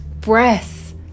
breath